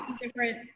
different